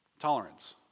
Tolerance